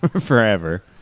forever